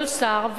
כל שר,